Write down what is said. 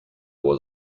was